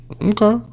Okay